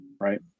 right